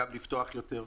גם לפתוח יותר,